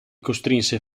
costrinse